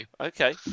Okay